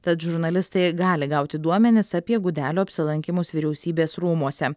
tad žurnalistai gali gauti duomenis apie gudelio apsilankymus vyriausybės rūmuose